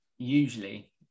Usually